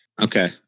Okay